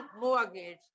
mortgage